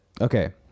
okay